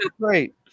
Great